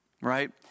right